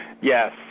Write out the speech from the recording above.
Yes